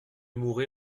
mouret